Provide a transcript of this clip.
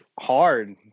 hard